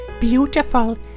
beautiful